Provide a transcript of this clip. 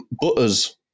Butters